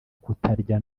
kutarya